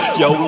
yo